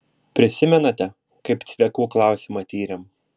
prisimenate kaip cviekų klausimą tyrėm